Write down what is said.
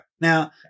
Now